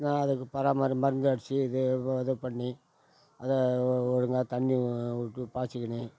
நான் அதுக்கு பராமரி மருந்து அடித்து இது இது பண்ணி அதை ஒ ஒழுங்கா தண்ணி விட்டு பாய்ச்சிக்கின்னு